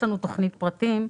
יש לנו תכנית פרטים,